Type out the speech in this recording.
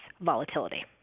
volatility